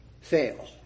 fail